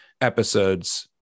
episodes